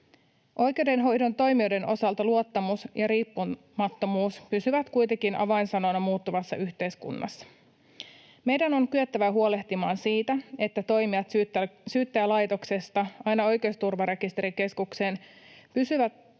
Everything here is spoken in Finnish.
Oikeudenhoidon toimijoiden osalta luottamus ja riippumattomuus pysyvät kuitenkin avainsanoina muuttuvassa yhteiskunnassa. Meidän on kyettävä huolehtimaan siitä, että toimijat Syyttäjälaitoksesta aina Oikeusrekisterikeskukseen pystyvät